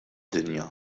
dinja